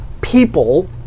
people